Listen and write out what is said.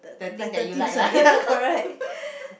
the the better things ah ya correct